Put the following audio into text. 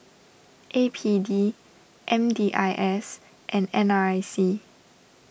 A P D M D I S and N R I C